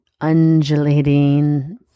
undulating